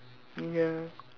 ya